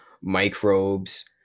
microbes